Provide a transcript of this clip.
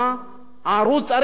הערוץ צריך כל הזמן,